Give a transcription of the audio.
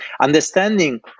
understanding